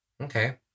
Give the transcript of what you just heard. Okay